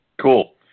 Cool